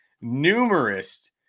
numerous